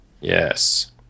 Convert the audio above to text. Yes